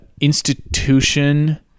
institution